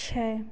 छः